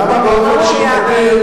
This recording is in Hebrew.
למה באופן שיטתי,